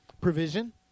Provision